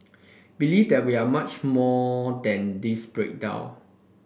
believe that we are much more than this breakdown